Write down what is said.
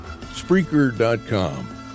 Spreaker.com